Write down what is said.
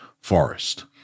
forest